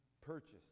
Purchased